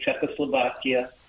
Czechoslovakia